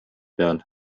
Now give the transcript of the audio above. peal